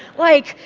like,